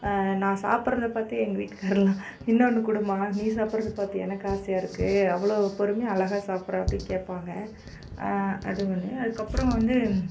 நான் சாப்புடுறது பார்த்து எங்கள் வீட்டுகாரர்லாம் இன்னொன்று கொடுமா நீ சாப்புடுறது பார்த்து எனக்கு ஆசையாக இருக்குது அவ்வளோ பொறுமையாக அழகாக சாப்புடுற அப்படி கேட்பாங்க அது ஒன்று அதுக்கப்புறம் வந்து